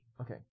Okay